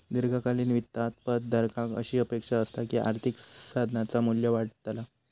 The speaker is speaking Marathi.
दीर्घकालीन वित्तात पद धारकाक अशी अपेक्षा असता की आर्थिक साधनाचा मू्ल्य वाढतला